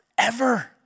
forever